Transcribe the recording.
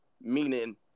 Meaning